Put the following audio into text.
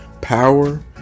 power